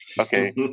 Okay